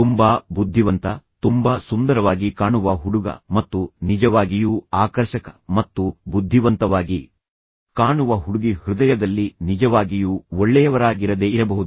ತುಂಬಾ ಬುದ್ಧಿವಂತ ತುಂಬಾ ಸುಂದರವಾಗಿ ಕಾಣುವ ಹುಡುಗ ಮತ್ತು ನಿಜವಾಗಿಯೂ ಆಕರ್ಷಕ ಮತ್ತು ಬುದ್ಧಿವಂತವಾಗಿ ಕಾಣುವ ಹುಡುಗಿ ಹೃದಯದಲ್ಲಿ ನಿಜವಾಗಿಯೂ ಒಳ್ಳೆಯವರಾಗಿರದೇ ಇರಬಹುದು